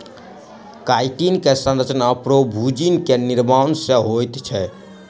chitin के संरचना प्रोभूजिन के निर्माण सॅ होइत अछि